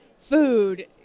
food